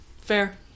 Fair